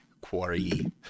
quarry